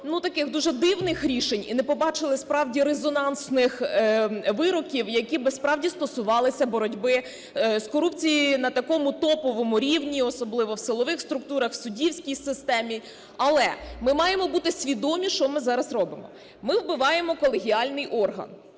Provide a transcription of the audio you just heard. ну, таких дуже дивних рішень і не побачили справжні резонансних вироків, які би справді стосувалися боротьби з корупцією на такому топовому рівні, особливо в силових структурах, в суддівській системі. Але ми маємо бути свідомі, що ми зараз робимо. Ми вбиваємо колегіальний орган.